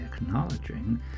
acknowledging